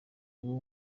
ubu